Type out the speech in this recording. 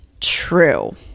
true